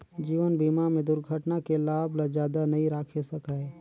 जीवन बीमा में दुरघटना के लाभ ल जादा नई राखे सकाये